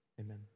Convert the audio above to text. amen